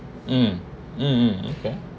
um um um okay